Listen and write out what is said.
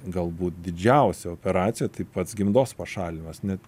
galbūt didžiausia operacija tai pats gimdos pašalinimas net